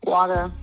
Water